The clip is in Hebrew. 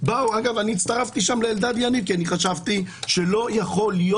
שאני הצטרפתי אליו שם כי חשבתי שלא יכול להיות